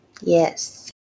Yes